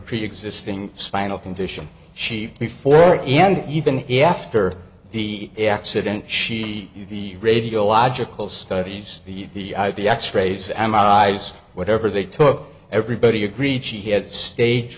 preexisting spinal condition sheep before and even after the accident she knew the radio a logical studies the the x rays and eyes whatever they took everybody agreed she had stage